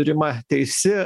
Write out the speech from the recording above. rima teisi